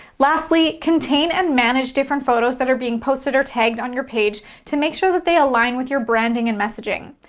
lastly, contain and manage different photos that are being posted or tagged on your page to make sure that they align with your branding and your messaging.